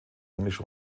englisch